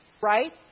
right